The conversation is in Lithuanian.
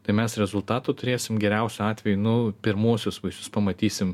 tai mes rezultatų turėsim geriausiu atveju nu pirmuosius vaisius pamatysim